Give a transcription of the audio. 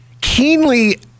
keenly